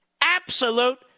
absolute